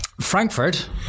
Frankfurt